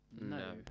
No